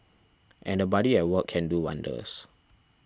and a buddy at work can do wonders